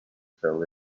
fell